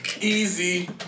Easy